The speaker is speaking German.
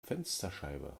fensterscheibe